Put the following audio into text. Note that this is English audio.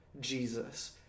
Jesus